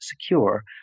secure